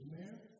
Amen